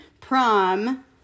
prom